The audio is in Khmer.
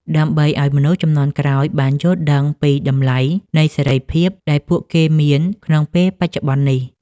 ដើម្បីឱ្យមនុស្សជំនាន់ក្រោយបានយល់ដឹងពីតម្លៃនៃសេរីភាពដែលពួកគេមានក្នុងពេលបច្ចុប្បន្ននេះ។